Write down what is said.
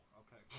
okay